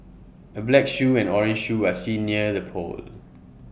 A black shoe and orange shoe are seen near the pole